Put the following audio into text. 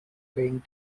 being